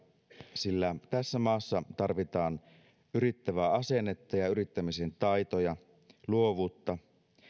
sillä tässä maassa tarvitaan yrittävää asennetta ja yrittämisen taitoja luovuutta